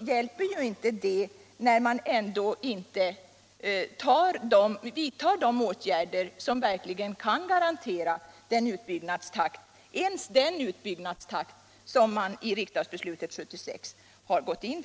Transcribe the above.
när inte ens sådana åtgärder vidtas som kan garantera den utbyggnadstakt som beslutades av riksdagen 1976.